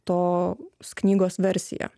tos knygos versiją